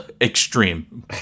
extreme